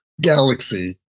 galaxy